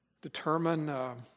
determine